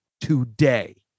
today